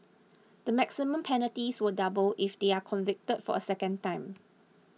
the maximum penalties will double if they are convicted for a second time